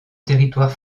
territoire